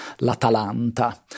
L'Atalanta